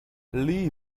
lee